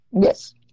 Yes